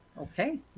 okay